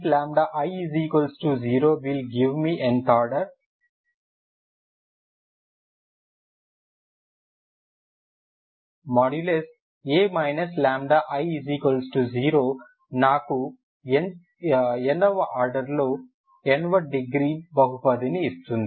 a λI0 నాకు n వ order లో n వ డిగ్రీ బహుపదిని ఇస్తుంది